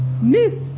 Miss